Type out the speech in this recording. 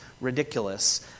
ridiculous